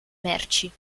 merci